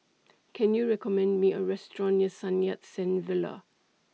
Can YOU recommend Me A Restaurant near Sun Yat Sen Villa